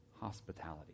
hospitality